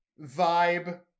vibe